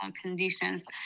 conditions